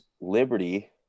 Liberty